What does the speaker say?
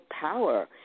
power